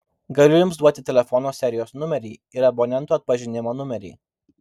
galiu jums duoti telefono serijos numerį ir abonento atpažinimo numerį